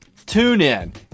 TuneIn